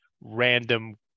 random